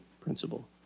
principle